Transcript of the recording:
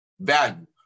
value